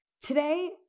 today